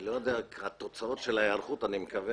לא יודע מה תוצאות ההיערכות ואני מקווה